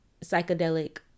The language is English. psychedelic